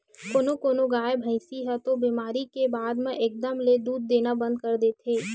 कोनो कोनो गाय, भइसी ह तो बेमारी के बाद म एकदम ले दूद देना बंद कर देथे